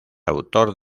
autor